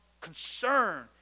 concern